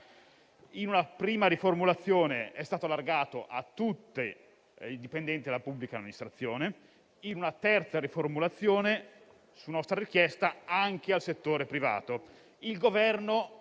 In una prima riformulazione tale permesso è stato esteso a tutti i dipendenti della pubblica amministrazione e nella terza riformulazione, su nostra richiesta, anche al settore privato.